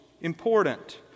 important